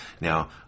now